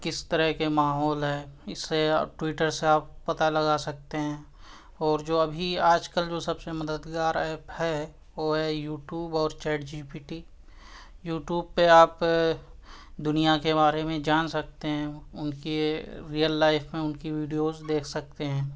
کس طرح کے ماحول ہے اس سے ٹویٹر سے آپ پتہ لگا سکتے ہیں اور جو ابھی آج کل جو سب سے مددگار ایپ ہے وہ ہے یو ٹیوب اور chat G P T YouTube پہ آپ دنیا کے بارے میں جان سکتے ہیں ان کے ریئل لائف میں ان کی ویڈیوز دیکھ سکتے ہیں